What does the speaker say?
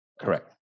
Correct